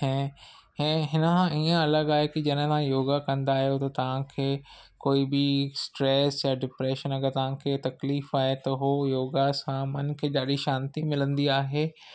ऐं ऐं हिन खां ईअं अलॻि आहे की जॾहिं खां योगा कंदा आहियो त तव्हांखे कोई बि स्ट्रेस या डिप्रेशन अगरि तव्हांखे तकलीफ़ आहे त उहा योगा सां मन खे ॾाढी शांती मिलंदी आहे